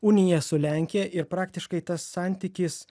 uniją su lenkija ir praktiškai tas santykis